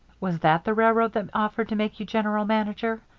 was that the railroad that offered to make you general manager?